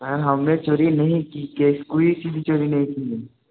ऐं हमने चोरी नहीं की के कोई ची भी चोरी नहीं की है